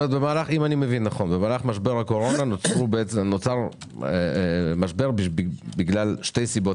כלומר במהלך משבר הקורונה נוצר משבר בשל שתי סיבות